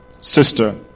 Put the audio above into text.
sister